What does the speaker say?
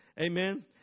Amen